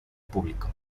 público